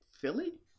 Philly